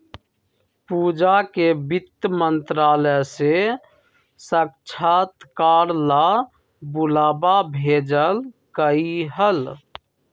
पूजा के वित्त मंत्रालय से साक्षात्कार ला बुलावा भेजल कई हल